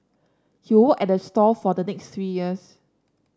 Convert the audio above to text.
he work at the store for the next three years